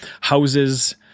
houses